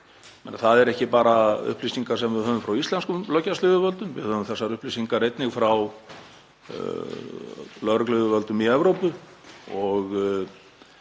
Það eru ekki bara upplýsingar sem við höfum frá íslenskum löggæsluyfirvöldum. Við höfum þessar upplýsingar einnig frá lögregluyfirvöldum í Evrópu